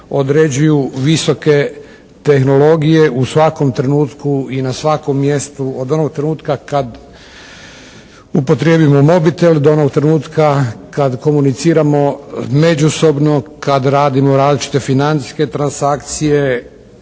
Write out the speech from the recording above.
određuju visoke tehnologije u svakom trenutku i na svakom mjestu od onog trenutka kad upotrijebimo mobitel do onog trenutka kad komuniciramo međusobno, kad radimo različite financijske transakcije,